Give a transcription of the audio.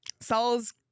Saul's